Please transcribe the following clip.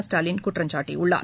ஸ்டாலின் குற்றம் சாட்டியுள்ளார்